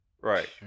Right